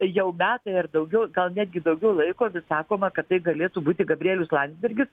jau metai ar daugiau gal netgi daugiau laiko vis sakoma kad tai galėtų būti gabrielius landsbergis